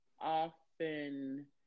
often